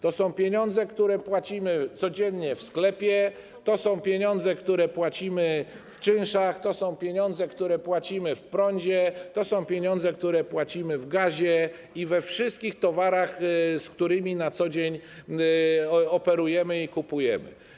To są pieniądze, które płacimy codziennie w sklepie, to są pieniądze, które płacimy w czynszach, to są pieniądze, które płacimy w cenie prądu, to są pieniądze, które płacimy w cenie gazu i wszystkich towarów, którymi na co dzień operujemy i które kupujemy.